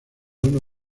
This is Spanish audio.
uno